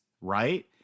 right